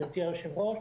גברתי היושבת-ראש,